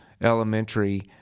Elementary